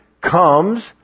comes